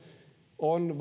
on